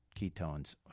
ketones